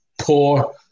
poor